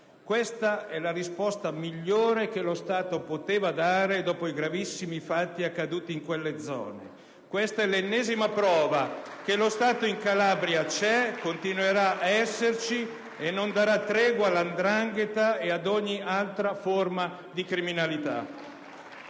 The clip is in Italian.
Questa è la risposta migliore che lo Stato potesse dare dopo i gravissimi fatti accaduti in quelle zone. *(Applausi dai Gruppi LNP e PdL)*. Questa è l'ennesima prova che lo Stato in Calabria c'è e continuerà ad esserci e non darà tregua alla 'ndrangheta e ad ogni altra forma di criminalità.